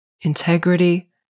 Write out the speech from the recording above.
integrity